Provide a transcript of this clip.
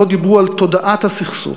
לא דיברו על תודעת הסכסוך,